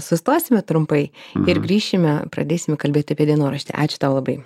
sustosime trumpai ir grįšime pradėsim kalbėti apie dienoraštį ačiū tau labai